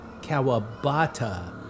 Kawabata